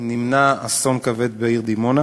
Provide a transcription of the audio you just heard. נמנע אסון כבד בדימונה,